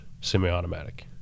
semi-automatic